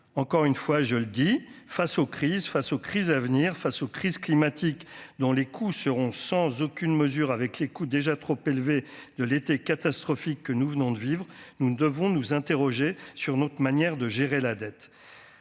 encore une fois, je le dis face aux crises face aux crises à venir face aux crises climatiques dont les coûts seront sans aucune mesure avec les coûts déjà trop élevé de l'été catastrophique que nous venons de vivre, nous devons nous interroger sur notre manière de gérer la dette